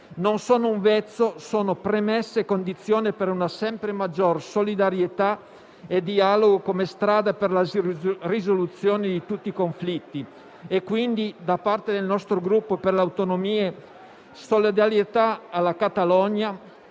Non sono un vezzo, ma solo premessa e condizione per una sempre maggior solidarietà e dialogo come strada per la risoluzione di tutti i conflitti. Il nostro Gruppo Per le Autonomie esprime solidarietà alla Catalogna,